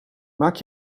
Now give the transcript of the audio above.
maak